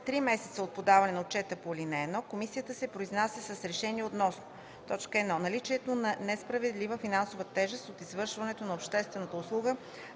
три месеца от подаване на отчета по ал. 1 комисията се произнася с решение относно: 1. наличието на несправедлива финансова тежест от извършването на обществената услуга